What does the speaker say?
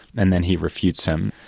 and then he refutes him.